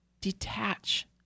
detach